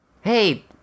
Hey